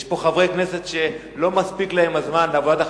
יש פה חברי כנסת שלא מספיק להם הזמן לעבודת החקיקה,